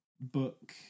book